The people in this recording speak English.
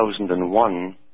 2001